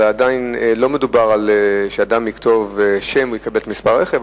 אבל עדיין לא מדובר על זה שאדם יכתוב שם ויקבל את מספר הרכב,